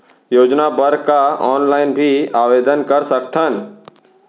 योजना बर का ऑनलाइन भी आवेदन कर सकथन?